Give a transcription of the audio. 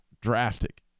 drastic